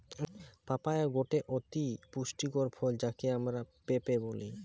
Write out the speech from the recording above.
papaya গটে অতি পুষ্টিকর ফল যাকে আমরা পেঁপে বলি